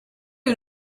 you